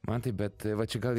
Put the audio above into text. mantai bet va čia gal